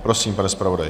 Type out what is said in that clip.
Prosím, pane zpravodaji.